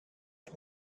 ich